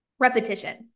Repetition